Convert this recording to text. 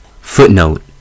Footnote